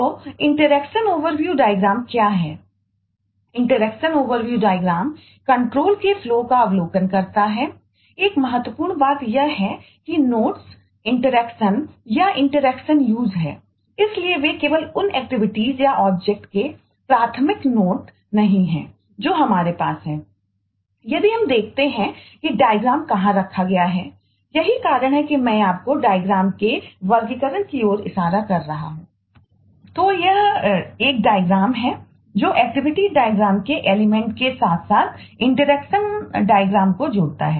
तो interaction overview diagram को जोड़ता है